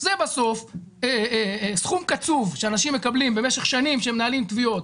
זה בסוף סכום קצוב שאנשים מקבלים במשך שנים שהם מנהלים תביעות,